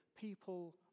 people